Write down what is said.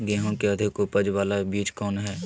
गेंहू की अधिक उपज बाला बीज कौन हैं?